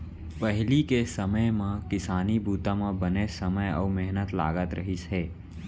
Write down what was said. पहिली के समे म किसानी बूता म बनेच समे अउ मेहनत लागत रहिस हे